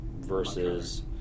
...versus